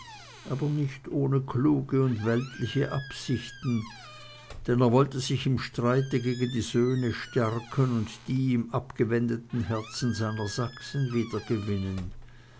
aber nicht ohne kluge und weltliche absichten denn er wollte sich im streite gegen die söhne stärken und die ihm abgewendeten herzen seiner sachsen